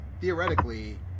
theoretically